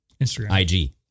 Instagram